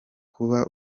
kuba